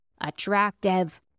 attractive